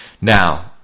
Now